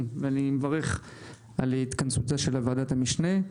ואני מברך על התכנסותה של ועדת המשנה.